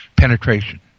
Penetration